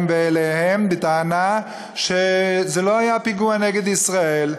להם ואליהם בטענה שזה לא היה פיגוע נגד ישראל.